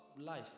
life